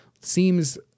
seems